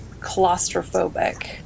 claustrophobic